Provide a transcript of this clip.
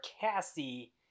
Cassie